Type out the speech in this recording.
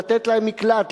לתת להם מקלט,